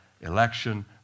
election